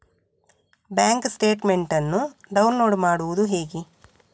Bank statement ಅನ್ನು download ಮಾಡುವುದು ಹೇಗೆ?